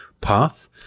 path